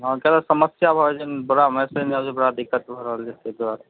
हँ किआ तऽ समस्या भऽ रहल छै बड़ा मैसेज नहि आबय छै बड़ा दिक्कत भऽ रहल छै तै दुआरे